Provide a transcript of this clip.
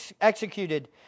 executed